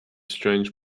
strange